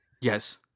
Yes